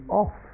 off